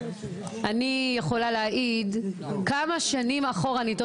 אני יכולה להעיד כמה שנים אחורנית,